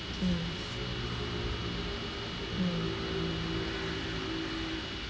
mm mm